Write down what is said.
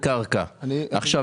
אם אתה עוצר את זה,